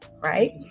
Right